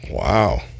Wow